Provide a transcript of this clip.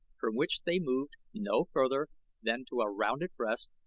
from which they moved no further than to a rounded breast,